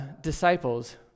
disciples